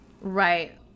Right